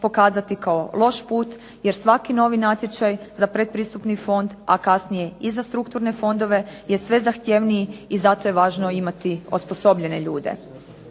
pokazati kao loš put jer svaki novi natječaj za predpristupni fond, a kasnije i za strukturne fondove je sve zahtjevniji i zato je važno imati osposobljene ljude.